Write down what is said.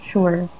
Sure